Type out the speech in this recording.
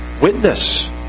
witness